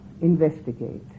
Investigate